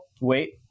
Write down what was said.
wait